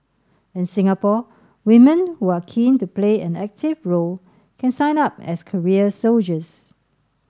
in Singapore women who are keen to play an active role can sign up as career soldiers